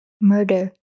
murder